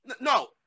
No